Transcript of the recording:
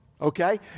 okay